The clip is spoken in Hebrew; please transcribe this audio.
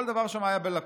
כל דבר שם היה בלקונה.